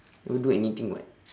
never do anything [what]